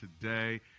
today